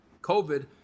COVID